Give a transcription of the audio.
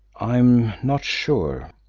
i am not sure.